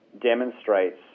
demonstrates